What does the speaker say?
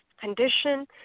condition